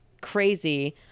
crazy